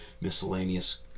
miscellaneous